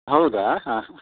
ಹೌದೇ ಹಾಂ ಹಾಂ